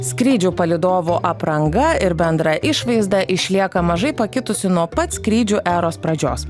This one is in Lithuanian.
skrydžių palydovo apranga ir bendra išvaizda išlieka mažai pakitusi nuo pat skrydžių eros pradžios